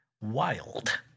Wild